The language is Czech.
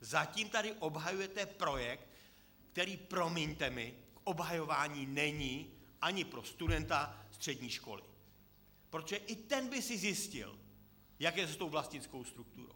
Zatím tady obhajujete projekt, který promiňte mi k obhajování není ani pro studenta střední školy, protože i ten by si zjistil, jak je to s tou vlastnickou strukturou.